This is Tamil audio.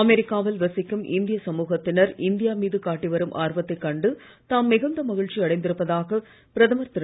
அமெரிக்கா வில் வசிக்கும் இந்திய சமூகத்தினர் இந்தியா மீது காட்டிவரும் ஆர்வத்தை கண்டு தாம் மிகுந்த மகிழ்ச்சி அடைந்திருப்பதாக பிரதமர் திரு